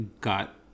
got